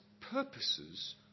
purposes